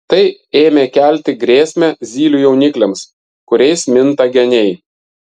tai ėmė kelti grėsmę zylių jaunikliams kuriais minta geniai